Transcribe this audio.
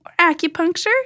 acupuncture